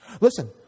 listen